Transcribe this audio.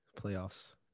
playoffs